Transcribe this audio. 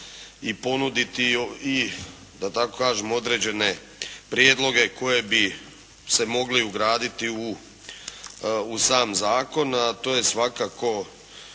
i ponuditi i da tako kažem određene prijedloge koje bi se mogli ugraditi u sam zakon, a to je svakako,